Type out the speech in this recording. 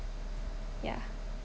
yeah